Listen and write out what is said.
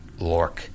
Lork